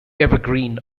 evergreen